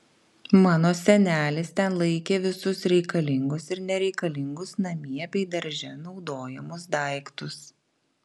mano senelis ten laikė visus reikalingus ir nereikalingus namie bei darže naudojamus daiktus